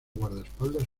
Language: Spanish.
guardaespaldas